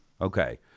Okay